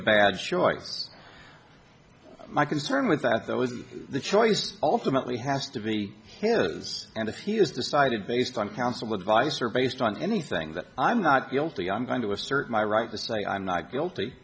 a bad choice my concern was that that was the choice ultimately has to be killers and if he has decided based on counsel advice or based on anything that i'm not guilty i'm going to assert my right to say i'm not guilty